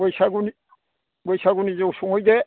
बैसागुनि बैसागुनि जौ संहैदो